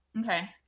okay